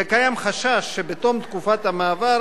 וקיים חשש שבתום תקופת המעבר